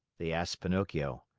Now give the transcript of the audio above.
they asked pinocchio.